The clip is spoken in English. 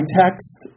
text